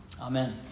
Amen